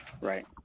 Right